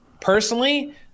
Personally